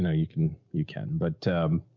know, you can, you can, but, um.